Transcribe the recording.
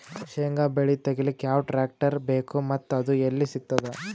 ಶೇಂಗಾ ಬೆಳೆ ತೆಗಿಲಿಕ್ ಯಾವ ಟ್ಟ್ರ್ಯಾಕ್ಟರ್ ಬೇಕು ಮತ್ತ ಅದು ಎಲ್ಲಿ ಸಿಗತದ?